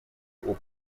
опыт